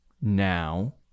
now